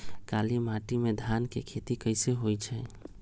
काली माटी में धान के खेती कईसे होइ छइ?